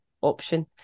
option